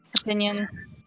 opinion